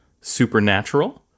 Supernatural